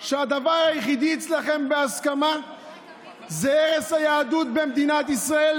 שהדבר היחיד אצלכם בהסכמה זה הרס היהדות במדינת ישראל,